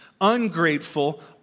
ungrateful